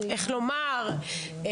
איך לומר,